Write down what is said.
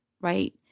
right